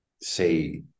say